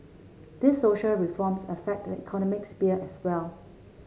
these social reforms affect the economic sphere as well